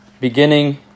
beginning